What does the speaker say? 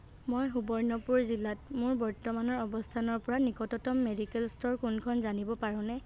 মই সুবৰ্ণপুৰ জিলাত মোৰ বৰ্তমানৰ অৱস্থানৰ পৰা নিকটতম মেডিকেল ষ্ট'ৰ কোনখন জানিব পাৰোঁনে